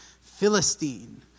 Philistine